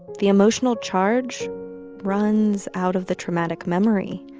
the emotional charge runs out of the traumatic memory,